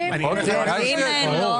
ואם אין לו?